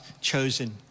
chosen